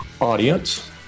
audience